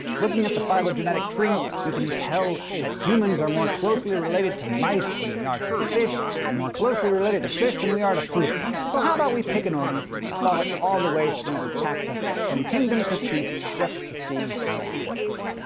looking at the phylogenetic tree, you can tell that humans are more closely related to mice than we are to fish, and more closely related to fish than we are to fruit flies. so how about we pick an organism and follow it all the way through the taxa, from kingdom to species, just to see how it works.